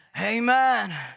Amen